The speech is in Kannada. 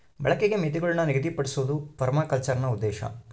ಬಳಕೆಗೆ ಮಿತಿಗುಳ್ನ ನಿಗದಿಪಡ್ಸೋದು ಪರ್ಮಾಕಲ್ಚರ್ನ ಉದ್ದೇಶ